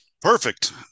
Perfect